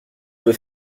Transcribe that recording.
peux